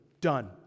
Done